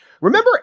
Remember